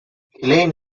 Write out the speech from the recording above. elaine